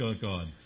God